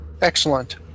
Excellent